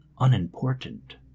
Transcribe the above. unimportant